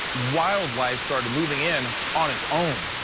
wildlife started moving in on its own.